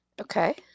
Okay